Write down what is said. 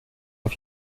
auf